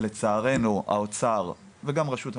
לצערנו האוצר וגם רשות המים,